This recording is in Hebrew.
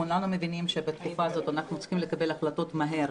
כולנו מבינים שבתקופה הזאת אנחנו צריכים לקבל החלטות מהר.